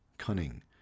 Cunning